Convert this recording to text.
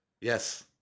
Yes